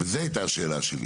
זו הייתה השאלה שלי,